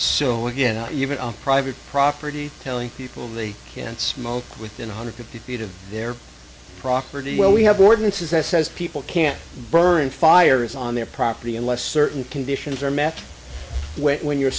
so again even on private property telling people they can't smoke within one hundred fifty feet of their property well we have ordinances that says people can't burn fires on their property unless certain conditions are met when you're